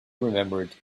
remembered